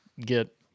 get